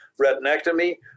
retinectomy